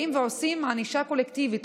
באים ועושים ענישה קולקטיבית.